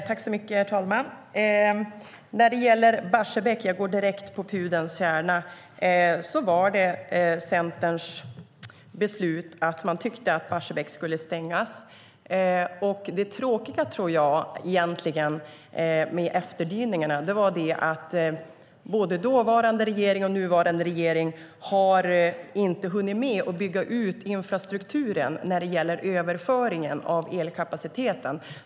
Herr talman! När det gäller Barsebäck - jag går direkt på pudelns kärna - var det Centerns beslut att Barsebäck skulle stängas. Det tråkiga med efterdyningarna tror jag egentligen var att både dåvarande regering och nuvarande regering inte har hunnit med att bygga ut infrastrukturen när det gäller överföringen av elkapaciteten.